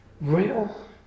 real